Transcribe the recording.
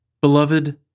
Beloved